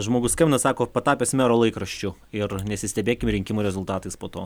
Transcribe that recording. žmogus skambina sako patapęs mero laikraščiu ir nesistebėkim rinkimų rezultatais po to